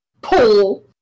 Pull